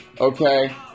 Okay